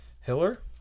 Hiller